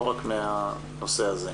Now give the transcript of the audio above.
לא רק מהנושא הזה,